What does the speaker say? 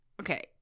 okay